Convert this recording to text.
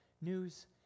news